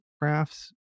crafts